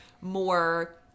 more